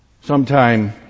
Sometime